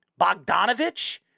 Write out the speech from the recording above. Bogdanovich